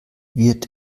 wird